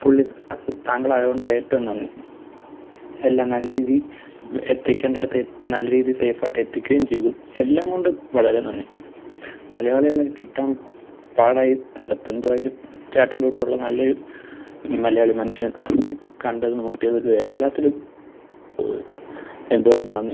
പുള്ളി അസു താങ്കളായതു കൊണ്ടേറ്റവും നന്ദി എല്ലാം നല്ല രീതി എത്തിക്കേണ്ടിടത്ത് നല്ല രീതി സേഫായിട്ടെത്തിക്കുകയും ചെയ്തു എല്ലാം കൊണ്ടും വളരെ നന്ദി മലയാളികളെ കിട്ടാൻ പാടായീ സ്ഥലത്തെന്തുമായാലും ചേട്ടൻറ്റോട്ടുള്ള നല്ലൊരു മലയാളി മനുഷ്യൻ കണ്ടതും മുട്ടിയതും എല്ലാത്തിലും എന്തുവായാലും നന്ദി